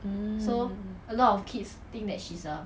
mm